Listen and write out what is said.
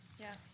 Yes